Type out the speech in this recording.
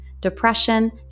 depression